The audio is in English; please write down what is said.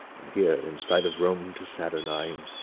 and here in sight of rome, to saturnine,